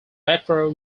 metro